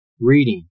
reading